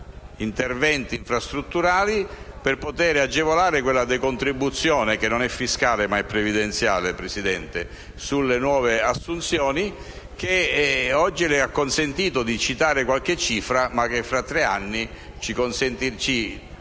interventi strutturali, per poter agevolare quella decontribuzione (che non è fiscale, ma è previdenziale) sulle nuove assunzioni, che oggi le ha consentito di citare qualche cifra, ma che fra tre anni ci porterà